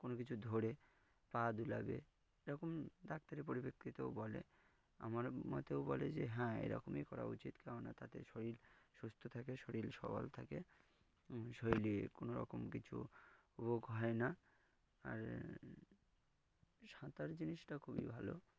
কোনো কিছু ধরে পা দোলাবে এরকম ডাক্তারের পরিপ্রেক্ষিতেও বলে আমার মতেও বলে যে হ্যাঁ এরকমই করা উচিত কেননা তাতে শরীর সুস্থ থাকে শরীর সবল থাকে শরীরে কোনোরকম কিছু রোগ হয় না আর সাঁতার জিনিসটা খুবই ভালো